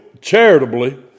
charitably